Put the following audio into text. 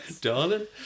Darling